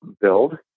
build